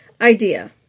Idea